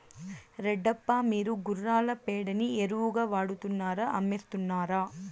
రెడ్డప్ప, మీరు గుర్రాల పేడని ఎరువుగా వాడుతున్నారా అమ్మేస్తున్నారా